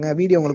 video